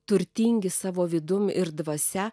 turtingi savo vidum ir dvasia